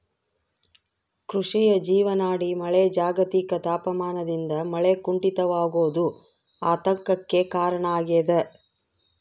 ಕೃಷಿಯ ಜೀವನಾಡಿ ಮಳೆ ಜಾಗತಿಕ ತಾಪಮಾನದಿಂದ ಮಳೆ ಕುಂಠಿತವಾಗೋದು ಆತಂಕಕ್ಕೆ ಕಾರಣ ಆಗ್ಯದ